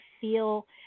feel